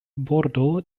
bordo